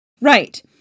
Right